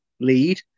lead